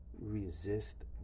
resist